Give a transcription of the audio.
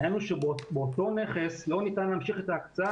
העניין הוא שבאותו נכס לא ניתן להמשיך את ההקצאה